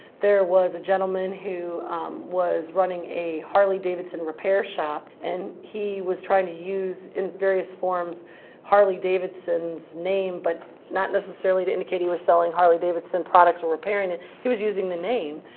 there was a gentleman who was running a harley-davidson repair shop, and he was trying to use in various forms harley-davidson's name, but not necessarily to indicate he was selling harley-davidson products or repairing it. he was using the name,